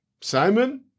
Simon